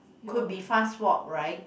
could be fast walk right